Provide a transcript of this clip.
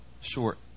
short